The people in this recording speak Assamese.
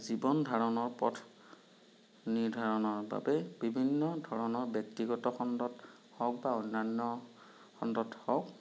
জীৱন ধাৰণৰ পথ নিৰ্ধাৰণৰ বাবে বিভিন্ন ধৰণৰ ব্যক্তিগত খণ্ডত হওঁক বা অন্যান্য খণ্ডত হওঁক